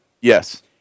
Yes